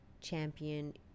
champion